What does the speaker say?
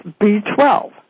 B12